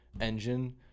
engine